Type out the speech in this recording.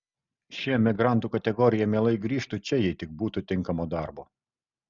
ši emigrantų kategorija mielai grįžtu čia jei tik būtų tinkamo darbo